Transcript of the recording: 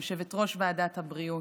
יושבת-ראש ועדת הבריאות,